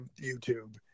youtube